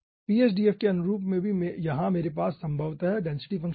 PSDF के अनुरूप में भी यहां मेरे पास संभवतः डेंसिटी फंशन है